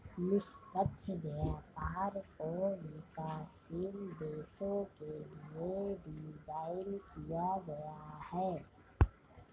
निष्पक्ष व्यापार को विकासशील देशों के लिये डिजाइन किया गया है